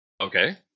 Okay